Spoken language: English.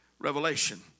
revelation